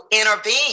intervene